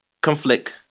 conflict